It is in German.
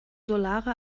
solare